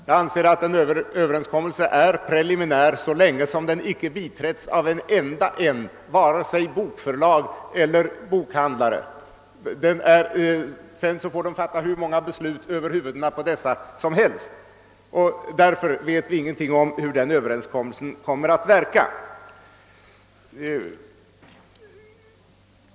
Jag anser att överenskommelsen är preliminär så länge den icke har biträtts av vare sig bokförlag eller bokhandlare; sedan får man fatta hur många beslut som helst över huvudet på dessa parter. Vi vet ingenting om hur den överenskommelsen kommer att verka.